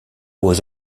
was